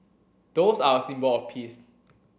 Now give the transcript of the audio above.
doves are a symbol of peace